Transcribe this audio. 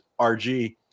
RG